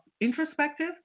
introspective